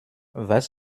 was